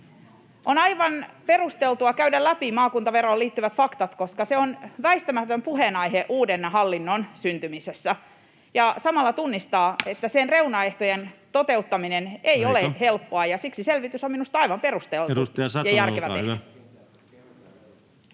on aivan perusteltua käydä läpi maakuntaveroon liittyvät faktat, koska se on väistämätön puheenaihe uuden hallinnon syntymisessä, ja samalla tunnistaa, että sen reunaehtojen toteuttaminen ei ole helppoa, [Puhemies: Aika!] ja siksi selvitys on minusta aivan perusteltu ja järkevä tehdä. Edustaja Satonen, olkaa hyvä.